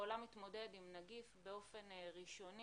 העולם מתמודד עם נגיף באופן ראשוני,